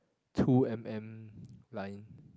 two M_M line